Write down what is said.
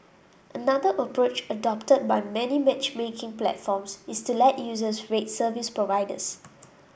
another approach adopted by many matchmaking platforms is to let users rate service providers